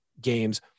games